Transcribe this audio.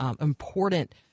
important